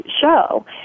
show